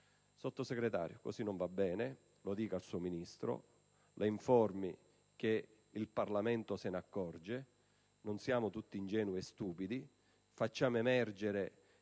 Sottosegretario, così non va bene. Lo dica al suo Ministro; la informi che il Parlamento se ne accorge: non siamo tutti ingenui e stupidi; facciamo emergere